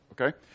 Okay